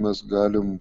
mes galim